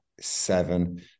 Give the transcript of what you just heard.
seven